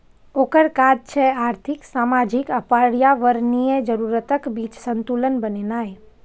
ओकर काज छै आर्थिक, सामाजिक आ पर्यावरणीय जरूरतक बीच संतुलन बनेनाय